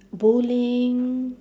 bowling